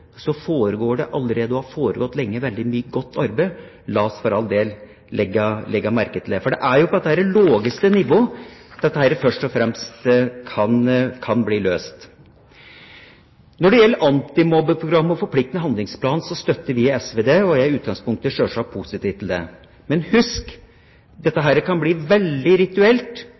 foregår og lenge har foregått mye godt arbeid. La oss for all del legge merke til det! For det er jo på det laveste nivået dette først og fremst kan bli løst. Når det gjelder antimobbeprogram og forpliktende handlingsplan, støtter vi i SV det. Jeg er i utgangspunktet sjølsagt positiv til det. Men husk: Dette kan bli veldig rituelt